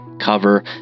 cover